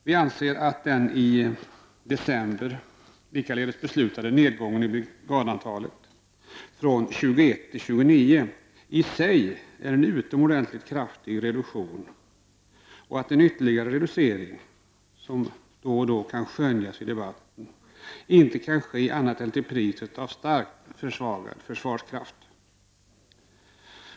Vi anser att den likaledes i december beslutade nedgången i brigadantal från 29 till 21 i sig är utomordentligt kraftig och att en ytterligare reducering, som då och då kan skönjas i debatten, inte kan ske annat än till priset av en starkt försvagad försvarskraft.